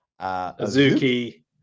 Azuki